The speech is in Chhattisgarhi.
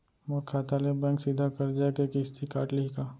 मोर खाता ले बैंक सीधा करजा के किस्ती काट लिही का?